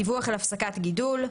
דיווח על הפסקת גידול16.